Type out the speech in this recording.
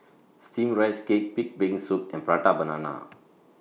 Steamed Rice Cake Pig'S Brain Soup and Prata Banana